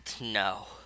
no